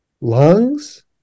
lungs